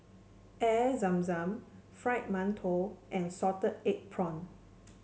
Air Zam Zam Fried Mantou and Salted Egg prawn